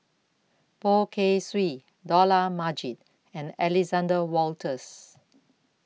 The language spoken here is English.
Poh Kay Swee Dollah Majid and Alexander Wolters